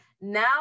now